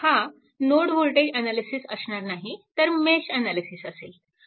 हा node voltage analysis असणार नाही तर मेश अनालिसिस असेल